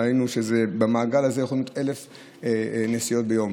דהיינו שבמעגל הזה יכולות להיות 1,000 נסיעות ביום.